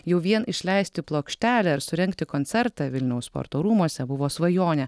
jau vien išleisti plokštelę ir surengti koncertą vilniaus sporto rūmuose buvo svajonė